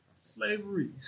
Slavery